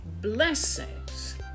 blessings